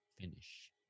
finish